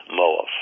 Moav